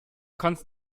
kannst